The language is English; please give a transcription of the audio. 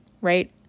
right